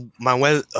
Manuel